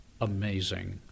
amazing